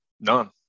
None